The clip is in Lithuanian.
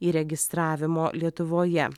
įregistravimo lietuvoje